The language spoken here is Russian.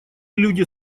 люди